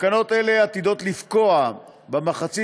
תקנות אלה עתידות לפקוע במחצית